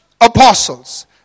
apostles